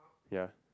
ya